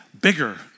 bigger